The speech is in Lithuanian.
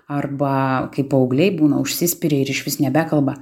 arba kaip paaugliai būna užsispyria ir išvis nebekalba